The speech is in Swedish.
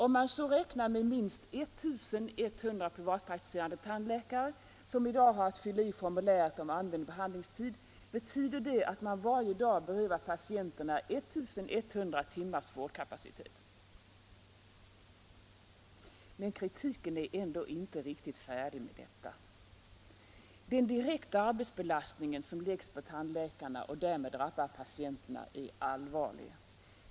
Om man så räknar med minst 1 100 privatpraktiserande tandläkare som i dag har att fylla i formuläret om använd behandlingstid, betyder det att man varje dag berövar patienterna 1100 timmars vårdkapacitet. Men kritiken är ändå inte riktigt färdig med detta. Den direkta arbetsbelastningen som läggs på tandläkarna och därmed drabbar patienterna är allvarlig.